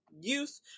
youth